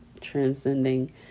transcending